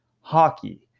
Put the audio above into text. hockey